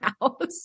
house